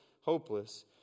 hopeless